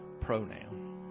pronoun